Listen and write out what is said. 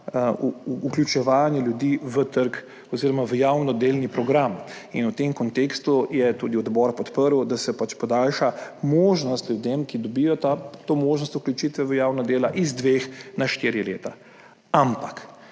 vključevanje ljudi na trg oziroma v program javnih del in v tem kontekstu je tudi odbor podprl, da se podaljša možnost ljudem, ki dobijo to možnost vključitve v javna dela, iz dveh na štiri leta, ampak